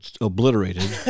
obliterated